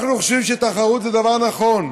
אנחנו חושבים שתחרות זה דבר נכון,